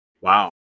Wow